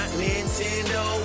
nintendo